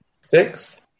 Six